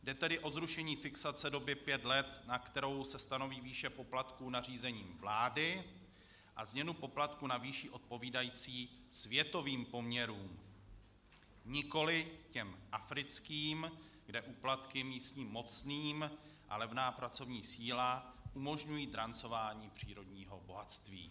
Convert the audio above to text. Jde tedy o zrušení fixace doby pět let, na kterou se stanoví výše poplatků nařízením vlády, a změnu poplatků na výši odpovídající světovým poměrům, nikoliv těm africkým, kde úplatky místním mocným a levná pracovní síla umožňují drancování přírodního bohatství.